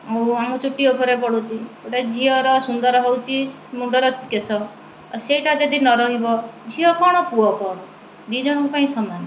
ଆଉ ଆମ ଚୁଟି ଉପରେ ପଡ଼ୁଛି ଗୋଟିଏ ଝିଅର ସୁନ୍ଦର ହେଉଛି ମୁଣ୍ଡର କେଶ ଆଉ ସେଇଟା ଯଦି ନ ରହିବ ଝିଅ କ'ଣ ପୁଅ କ'ଣ ଦୁଇ ଜଣଙ୍କ ପାଇଁ ସମାନ